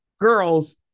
girls